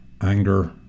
Anger